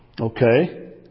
Okay